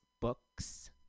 Books